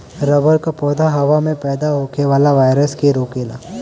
rubber क पौधा हवा में पैदा होखे वाला वायरस के रोकेला